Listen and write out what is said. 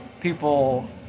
people